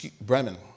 Bremen